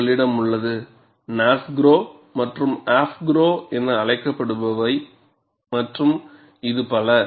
உங்களிடம் உள்ளது NASGRO மற்றும் AFGRO என அழைக்கப்படுபவை மற்றும் இது பல